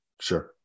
Sure